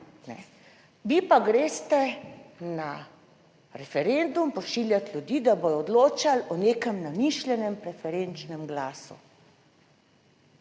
vi pa greste na referendum pošiljati ljudi, da bodo odločali o nekem namišljenem preferenčnem glasu.